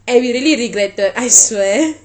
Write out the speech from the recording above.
and we really regretted I swear